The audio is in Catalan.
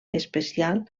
especial